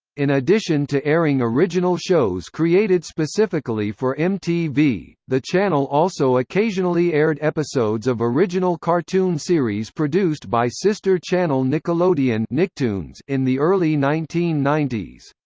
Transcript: in addition to airing original shows created specifically for mtv, the channel also occasionally aired episodes of original cartoon series produced by sister channel nickelodeon nickelodeon in the early nineteen ninety s.